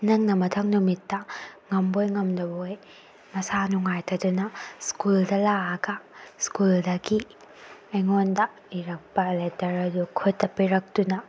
ꯅꯪꯅ ꯃꯊꯪ ꯅꯨꯃꯤꯠꯇ ꯉꯝꯕꯣꯏ ꯉꯝꯗꯕꯣꯏ ꯅꯁꯥ ꯅꯨꯡꯉꯥꯏꯇꯗꯅ ꯁ꯭ꯀꯨꯜꯗ ꯂꯥꯛꯑꯒ ꯁ꯭ꯀꯨꯜꯗꯒꯤ ꯑꯩꯉꯣꯟꯗ ꯏꯔꯛꯄ ꯂꯦꯇꯔ ꯑꯗꯨ ꯈꯨꯠꯇ ꯄꯤꯔꯛꯇꯨꯅ